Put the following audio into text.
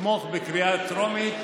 לתמוך בקריאה טרומית,